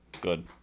good